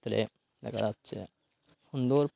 তাহলে দেখা যাচ্ছে সুন্দর